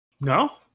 No